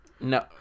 no